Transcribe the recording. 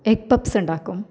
egg puffs ഉണ്ടാക്കും